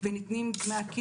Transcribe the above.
לראות מה קורה שם ביום-יום,